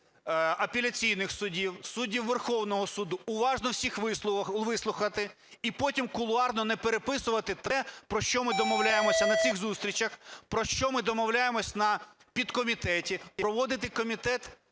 апеляційних суддів, суддів Верховного Суду, уважно всіх вислухати, і потім кулуарно не переписувати те, про що ми домовляємося на цих зустрічах, про що ми домовляємося на підкомітеті, проводити комітет